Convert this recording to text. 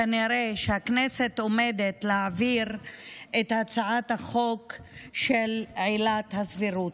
כנראה שהכנסת עומדת להעביר את הצעת החוק בעניין עילת הסבירות.